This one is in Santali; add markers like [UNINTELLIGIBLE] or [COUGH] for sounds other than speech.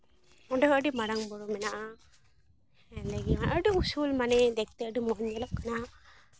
ᱚᱸᱰᱮ ᱦᱚᱸ ᱟᱹᱰᱤ ᱢᱟᱨᱟᱝ ᱵᱩᱨᱩ ᱢᱮᱱᱟᱜᱼᱟ ᱦᱮᱸᱫᱮ ᱜᱮᱸᱦᱟᱜ ᱟᱹᱰᱤ ᱩᱥᱩᱞ ᱢᱟᱱᱮ ᱫᱮᱠᱷᱛᱮ ᱟᱹᱰᱤ [UNINTELLIGIBLE] ᱧᱮᱞᱚᱜ ᱠᱟᱱᱟ